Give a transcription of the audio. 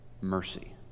mercy